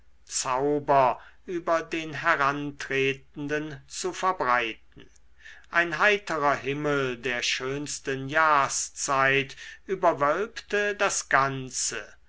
zauber über den herantretenden zu verbreiten ein heiterer himmel der schönsten jahrszeit überwölbte das ganze